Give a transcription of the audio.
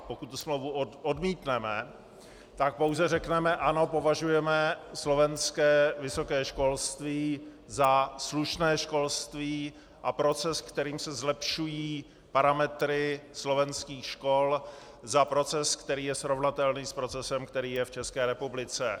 Pokud tu smlouvu odmítneme, tak pouze řekneme: Ano, považujeme slovenské vysoké školství za slušné školství a proces, kterým se zlepšují parametry slovenských škol, za proces, který je srovnatelný s procesem, který je v České republice.